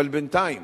אבל בינתיים